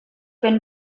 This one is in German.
bin